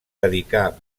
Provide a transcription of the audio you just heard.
dedicà